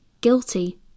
guilty